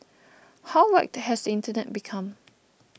how whacked has the internet become